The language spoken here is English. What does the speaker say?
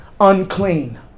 unclean